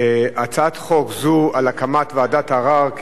הצעת חוק זו על הקמת ועדת ערר,